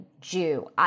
Jew